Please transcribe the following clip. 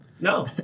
No